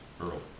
Earl